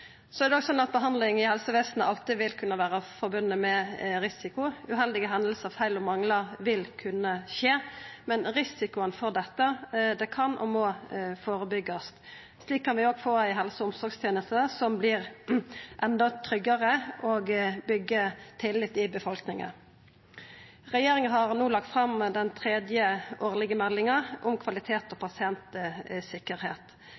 Behandling i helsevesenet vil alltid vera knytt til risiko. Uheldige hendingar, feil og manglar vil kunna førekoma, men risikoen for dette kan og må førebyggjast. Slik kan vi få ei helse- og omsorgsteneste som er endå tryggare, og byggja tillit i befolkninga. Regjeringa har no lagt fram den tredje årlege meldinga om kvalitet og